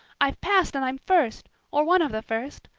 i've passed and i'm first or one of the first!